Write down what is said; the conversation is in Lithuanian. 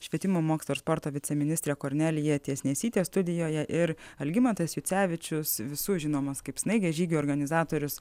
švietimo mokslo ir sporto viceministrė kornelija tiesnesytė studijoje ir algimantas jucevičius visų žinomas kaip snaigės žygių organizatorius